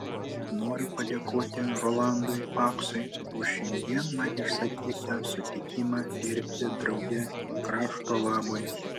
noriu padėkoti rolandui paksui už šiandien man išsakytą sutikimą dirbti drauge krašto labui